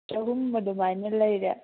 ꯆꯍꯨꯝ ꯑꯗꯨꯃꯥꯏꯅ ꯂꯩꯔꯦ